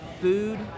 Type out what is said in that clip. food